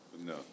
no